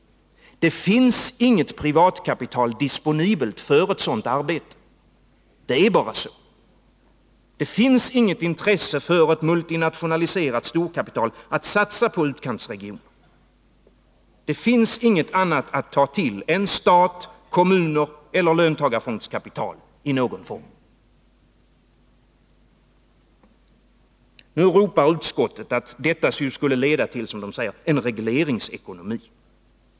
Det finns inget privatkapital disponibelt för ett sådant arbete. Det är bara så. Det finns inget intresse för ett multinationaliserat storkapital att satsa på utkantsregioner. Det finns inget annat att ta till än stat, kommuner eller löntagarfondskapital i någon form. Nu ropar utskottet, att detta skulle leda till en regleringsekonomi.